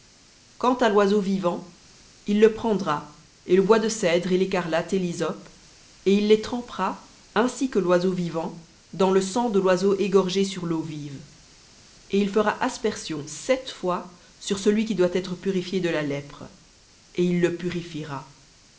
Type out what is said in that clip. quant à l'oiseau vivant il le prendra et le bois de cèdre et l'écarlate et l'hysope et il les trempera ainsi que l'oiseau vivant dans le sang de l'oiseau égorgé sur l'eau vive et il fera aspersion sept fois sur celui qui doit être purifié de la lèpre et il le purifiera